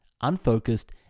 unfocused